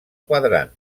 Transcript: quadrant